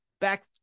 back